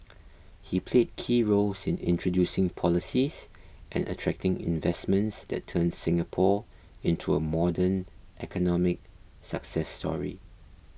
he played key roles in introducing policies and attracting investments that turned Singapore into a modern economic success story